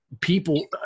people